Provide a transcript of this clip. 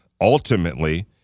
ultimately